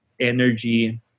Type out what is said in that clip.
energy